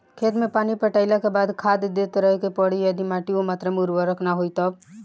खेत मे पानी पटैला के बाद भी खाद देते रहे के पड़ी यदि माटी ओ मात्रा मे उर्वरक ना होई तब?